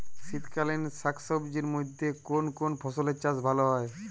শীতকালীন শাকসবজির মধ্যে কোন কোন ফসলের চাষ ভালো হয়?